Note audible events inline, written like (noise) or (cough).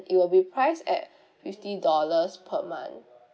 it will be priced at (breath) fifty dollars per month